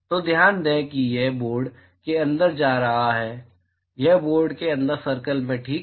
तो ध्यान दें कि यह बोर्ड के अंदर जा रहा है यह बोर्ड के अंदर सर्कल है ठीक है